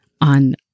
on